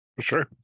sure